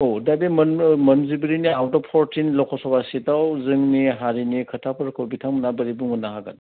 औ दा बे मोनजिब्रैनि out of fourteen Lok' Sabha सिटआव जोंनि हारिनि खोथाफोरखौ बिथांमोना बोरै बुंहरनो हागोन